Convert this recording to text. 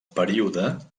període